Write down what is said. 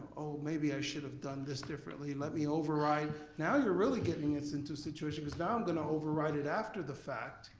oh, maybe i should have done this differently, let me override. now you're really getting us into a situation, cause now i'm gonna override it after the fact